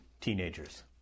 teenagers